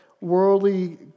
worldly